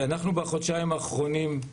בחודשיים האחרונים,